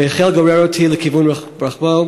הוא החל גורר אותי לכיוון רכבו,